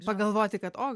pagalvoti kad o